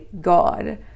god